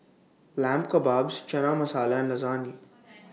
Lamb Kebabs Chana Masala and Lasagne